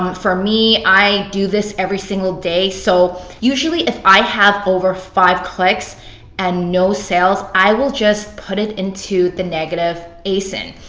for me, i do this every single day so usually if i have over five clicks and no sales, i will just put it into the negative asin.